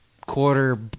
quarter